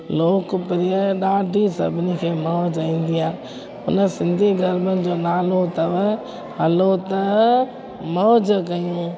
लोकप्रिय ॾाढी सभिनी खे मौज ईंदी आहे हुन सिंधी गरबनि जो नालो अथव हलो त मौज कयूं